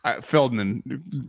Feldman